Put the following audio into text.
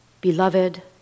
beloved